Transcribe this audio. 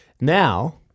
Now